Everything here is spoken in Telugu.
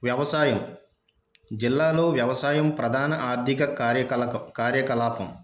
వ్యవసాయం జిల్లాలో వ్యవసాయం ప్రధాన ఆర్థిక కార్యకలకం కార్యకలాపం